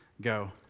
go